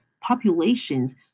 populations